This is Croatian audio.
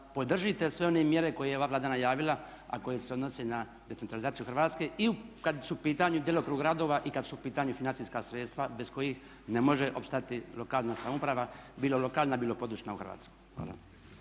podržite sve one mjere koje je ova Vlada najavila a koje se odnose na decentralizaciju Hrvatske i kad su u pitanju djelokrug radova i kad su u pitanju financijska sredstva bez kojih ne može opstati lokalna samouprava, bilo lokalna, bilo područna u Hrvatskoj.